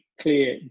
clear